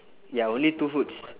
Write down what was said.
ya only two foods